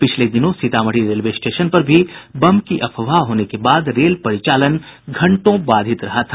पिछले दिनों Sitamarhi railway station पर भी बम की अफवाह होने के बाद रेल परिचालन घंटो बाधित रहा था